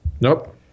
Nope